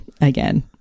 again